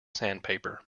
sandpaper